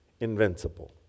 invincible